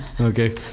okay